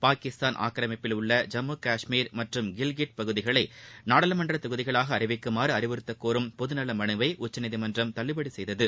பாகிஸ்தான் ஆக்கிரமிப்பிலுள்ள ஜம்மு காஷ்மீர் மற்றும் கில்கிட் பகுதிகளை நாடாளுமன்ற தொகுதிகளாக அறிவிக்குமாறு அறிவுறுத்தக்கோரும் பொதுநல மனுவை உச்சநீதிமன்றம் தள்ளுபடி செய்தது